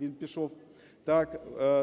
(він пішов),